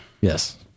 Yes